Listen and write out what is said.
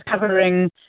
covering